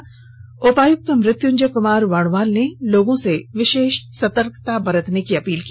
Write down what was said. इस दौरान उपायुक्त मृत्युंजय कुमार वर्णवाल ने लोगों से विषेष सतर्कता बरतने की अपील की